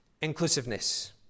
inclusiveness